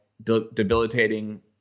debilitating